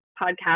podcast